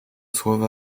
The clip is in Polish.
słowa